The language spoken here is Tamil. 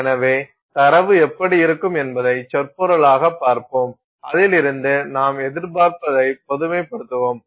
எனவே தரவு எப்படி இருக்கும் என்பதைப் சொற்பொருளாகப் பார்ப்போம் அதிலிருந்து நாம் எதிர்பார்ப்பதைப் பொதுமைப்படுத்துவோம்